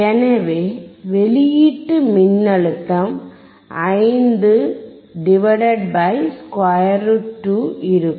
எனவே வெளியீட்டு மின்னழுத்தம் 5 √2 இருக்கும்